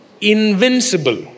invincible